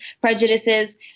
prejudices